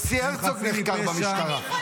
גם הנשיא הרצוג נחקר במשטרה.